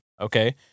okay